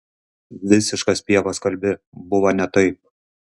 visiškas pievas kalbi buvo ne taip